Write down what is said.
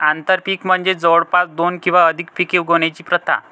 आंतरपीक म्हणजे जवळपास दोन किंवा अधिक पिके उगवण्याची प्रथा